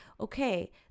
okay